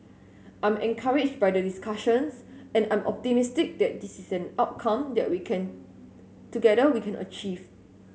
I'm encouraged by the discussions and I'm optimistic that is an outcome that we can together we can achieve